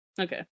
Okay